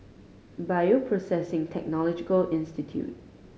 Bioprocessing Technology Institute